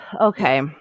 okay